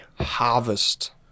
harvest